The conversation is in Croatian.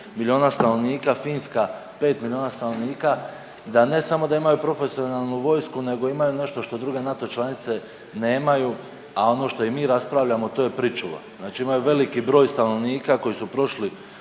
milijuna stanovnika, Finska 5 milijuna stanovnika, da ne samo da imaju profesionalnu vojsku nego imaju nešto što druge NATO članice nemaju, a ono što i mi raspravljamo to je pričuva, znači imaju veliki broj stanovnika koji su prošli